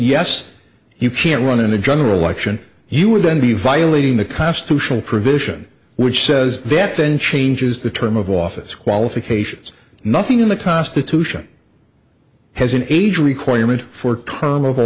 yes you can run in the general election you would then be violating the constitutional provision which says that then changes the term of office qualifications nothing in the constitution has an age requirement for term o